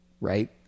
right